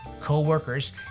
co-workers